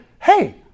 hey